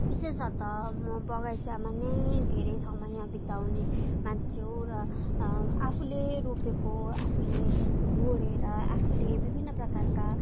विशेष अतः म बगैँचामा नै धेरै समय बिताउने मान्छे हो र आफूले रोपेको आफूले गोडेर आफूले विभिन्न प्रकारका